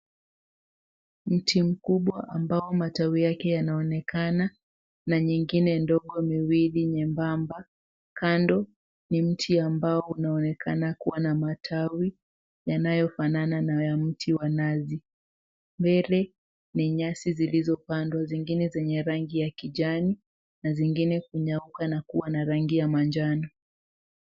Mti mkubwa ambao matawi yake yanaonekana na nyingine ndogo miwili nyembamba kando ni mti ambao unaonekana kuwa na matawi yanayofanana na ya mti wa nazi. Mbele ni nyasi zilizopandwa zingine zenye rangi ya kijani na zingine kunyauka na kuwa na rangi ya majano.